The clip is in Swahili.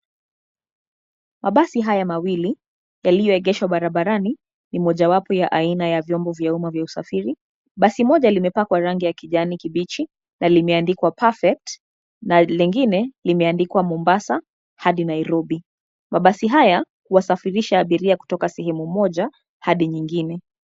Mabasi haya mawili, yeliyoegeshwa barabarani, ni moja wapo ya aina ya vyombo vya uma vya usafiri. Basi moja limepakwa rangi ya kijani kibichi na limeandikwa perfect na lingine limeandikwa Mombasa hadi Nairobi. Mabasi haya huwasafirisha abiria kutoka sehemu moja hadi nyingine.